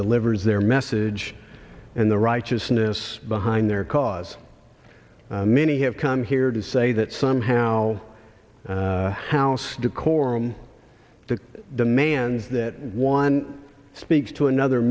delivers their message and the righteousness behind their cause many have come here to say that somehow house decorum to demand that one speaks to another